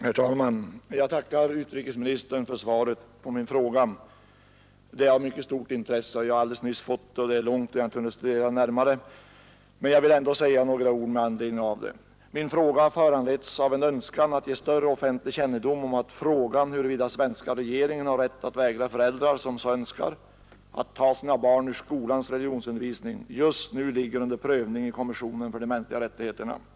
Herr talman! Jag tackar utrikesministern för svaret på min fråga. Det är av mycket stort intresse, men jag har fått det alldeles nyss, det är långt och jag har inte hunnit studera det närmare. Jag vill emellertid ändå säga några ord med anledning av det. Min fråga har föranletts av en önskan att ge större offentlig kännedom åt att frågan om huruvida den svenska regeringen har rätt att vägra föräldrar, som så önskar, att ta sina barn ur skolans religionsundervisning, just nu ligger under prövning i Europarådets kommission för de mänskliga rättigheterna.